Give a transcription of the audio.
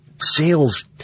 sales